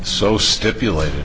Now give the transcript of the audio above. so stipulate